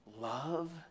Love